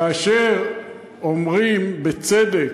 כאשר אומרים, בצדק,